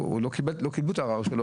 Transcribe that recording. שלא קיבלו את הערר שלו,